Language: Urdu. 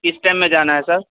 کس ٹائم میں جانا ہے سر